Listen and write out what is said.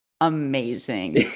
amazing